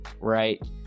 right